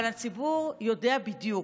אבל הציבור יודע בדיוק.